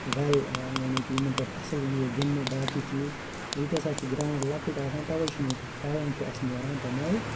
well یعنی کہِ یِمَن پٮ۪ٹھ اصٕل یی ہے گِنٛدنہٕ باقٕے چیٖز ییٚتہِ ہَسا چھِ گرٛاوُنٛڈ لَکٕٹۍ آسان تَوَے چھِنہٕ ییٚتہِ ٹیلٮ۪نٛٹ تہِ اَسہِ نیران تَمہِ آیہِ